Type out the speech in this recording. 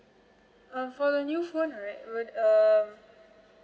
uh for the new phone right will um